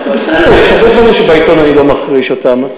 בסדר, יש הרבה דברים בעיתון שאני לא מכחיש אותם.